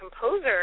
composer